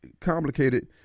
complicated